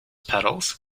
pedals